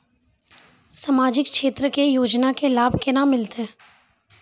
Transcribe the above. समाजिक क्षेत्र के योजना के लाभ केना मिलतै?